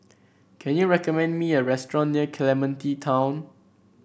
can you recommend me a restaurant near Clementi Town